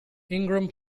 ingram